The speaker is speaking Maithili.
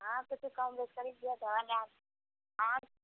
हाँ तू तऽ कम बेस करि दिहऽ तहन आएब हँ